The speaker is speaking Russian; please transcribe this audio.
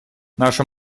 наша